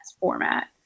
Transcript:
Format